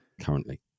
currently